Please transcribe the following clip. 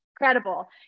incredible